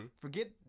Forget